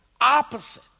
opposite